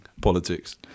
politics